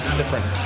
different